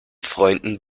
freunden